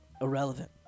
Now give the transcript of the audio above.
irrelevant